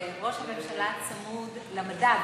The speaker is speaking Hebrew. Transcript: שראש הממשלה צמוד למדד,